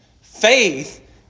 Faith